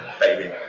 baby